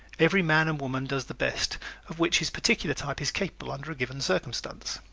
every man and woman does the best of which his particular type is capable under a given circumstance.